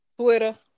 Twitter